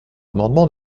amendement